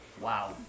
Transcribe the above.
Wow